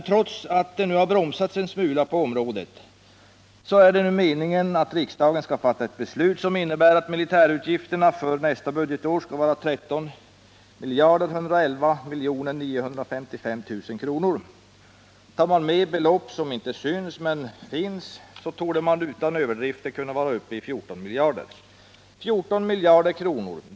Trots att det nu har bromsats en smula på det här området är det meningen att riksdagen i dag skall fatta ett beslut som innebär att militärutgifterna för nästa budgetår skall vara 13 111 955 000 kr. Tar man med belopp som finns men som inte syns, torde man utan överdrift vara uppe i 14 miljarder kronor. 14 miljarder kronor.